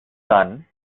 son